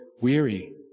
weary